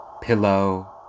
pillow